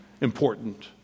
important